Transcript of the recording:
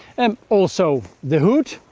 um also, the hood,